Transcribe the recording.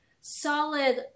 solid